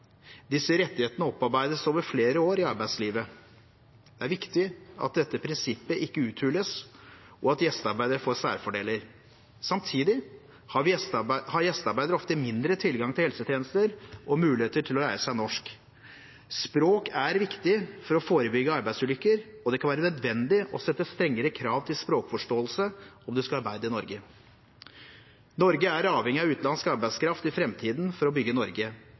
Disse rettighetene opparbeides over flere år i arbeidslivet. Det er viktig at dette prinsippet ikke uthules, og at gjestearbeidere ikke får særfordeler. Samtidig har gjestearbeidere ofte dårligere tilgang til helsetjenester og færre muligheter til å lære seg norsk. Språk er viktig for å forebygge arbeidsulykker, og det kan være nødvendig å sette strengere krav til språkforståelse om man skal arbeide i Norge. Norge er avhengig av utenlandsk arbeidskraft i framtiden for å bygge Norge,